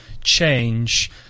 change